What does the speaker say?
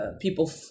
People